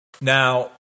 Now